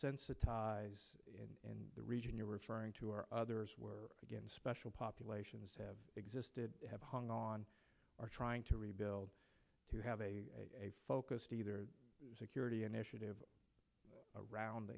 sensitize in the region you're referring to or others were again special populations have existed have hung on are trying to rebuild to have a focused either security initiative around